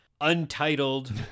Untitled